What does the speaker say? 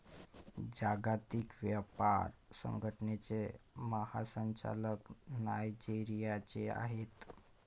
जागतिक व्यापार संघटनेचे महासंचालक नायजेरियाचे आहेत